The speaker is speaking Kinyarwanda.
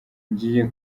ngiye